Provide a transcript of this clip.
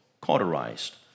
cauterized